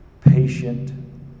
patient